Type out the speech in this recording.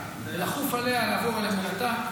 לכוף עליה לעבור על אמונתה.